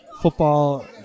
Football